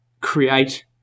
create